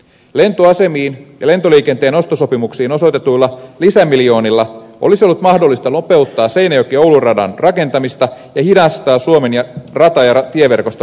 lentoasemiin ja lentoliikenteen ostosopimuksiin osoitetuilla lisämiljoonilla olisi ollut mahdollista nopeuttaa seinäjokioulu radan rakentamista ja hidastaa suomen rata ja tieverkoston rappeutumista